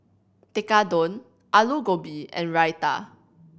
Tekkadon Alu Gobi and Raita